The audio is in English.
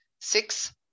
six